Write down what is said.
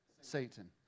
Satan